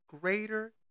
greater